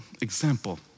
example